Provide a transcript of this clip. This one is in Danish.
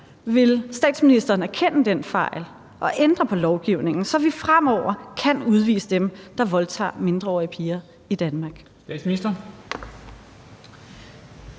Vil statsministeren erkende den fejl og ændre på lovgivningen, så vi fremover kan udvise dem, der voldtager mindreårige piger i Danmark?